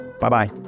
Bye-bye